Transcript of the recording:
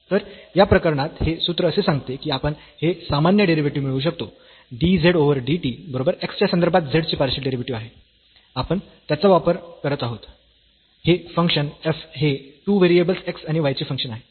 तर या प्रकरणात हे सूत्र असे सांगते की आपण हे सामान्य डेरिव्हेटिव्ह मिळवू शकतो dz ओव्हर dt बरोबर x च्या संदर्भात z चे पार्शियल डेरिव्हेटिव्ह आहे आपण त्याचा वापर करत आहोत हे फंक्शन f हे 2 व्हेरिएबल्स x आणि y चे फंक्शन आहे